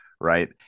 Right